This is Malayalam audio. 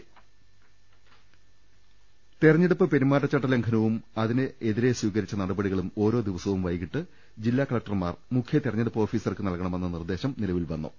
രുട്ട്ട്ട്ട്ട്ട്ട്ട്ട തെരഞ്ഞെടുപ്പ് പെരുമാറ്റച്ചട്ട ലംഘനവും അതിനെതിരെ സ്വീകരിച്ച നട പടികളും ഓരോ ദിവസവും വൈകീട്ട് ജില്ലാ കലക്ടർമാർ മുഖ്യ തെരഞ്ഞെ ടുപ്പ് ഓഫീസർക്ക് നൽകണമെന്ന നിർദ്ദേശം നിലവിൽവന്നു